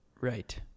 Right